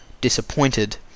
disappointed